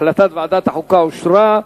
החלטת ועדת החוקה אושרה.